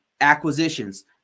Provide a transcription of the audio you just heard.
acquisitions